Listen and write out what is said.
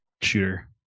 shooter